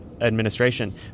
administration